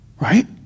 Right